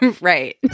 Right